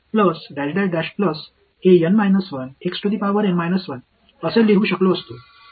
तर मी हे असे लिहू शकलो असतो